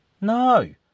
No